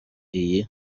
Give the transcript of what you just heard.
iyi